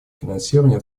финансирования